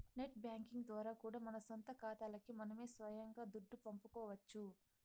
net banking ద్వారా కూడా మన సొంత కాతాలకి మనమే సొయంగా దుడ్డు పంపుకోవచ్చు